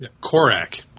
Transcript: Korak